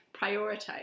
prioritize